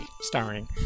starring